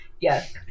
yes